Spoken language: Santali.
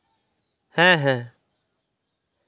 ᱦᱮᱸ ᱦᱮᱸ